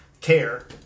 care